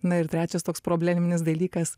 na ir trečias toks probleminis dalykas